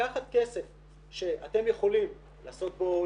לקחת כסף שאתם יכולים לעשות בו,